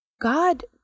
God